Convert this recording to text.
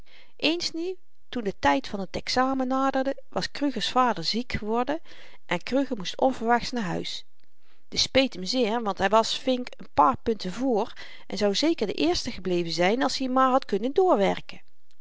eens nu toen de tyd van t examen naderde was kruger's vader ziek geworden en kruger moest onverwachts naar huis dit speet hem zeer want hy was vink n paar punten vr en zou zeker de eerste gebleven zyn als i maar had kunnen doorwerken